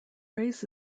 race